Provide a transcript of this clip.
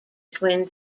twin